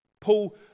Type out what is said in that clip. Paul